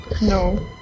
No